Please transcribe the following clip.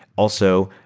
also,